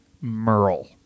merle